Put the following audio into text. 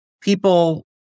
people